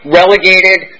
relegated